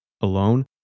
alone